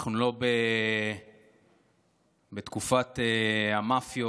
אנחנו לא בתקופת המאפיות